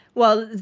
well,